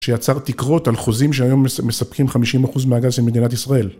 שיצר תקרות על חוזים שהיום מספקים 50% מהגז של מדינת ישראל